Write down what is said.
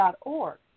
org